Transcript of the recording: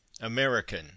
American